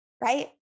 right